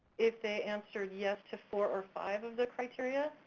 if they answered yes to four or five of the criteria,